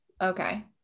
okay